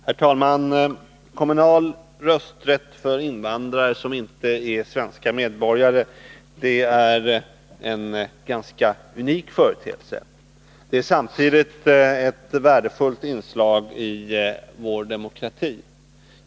Herr talman! Kommunal rösträtt för invandrare som inte är svenska medborgare är en ganska unik företeelse. Det är samtidigt ett värdefullt inslag i vår demokrati.